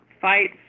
fight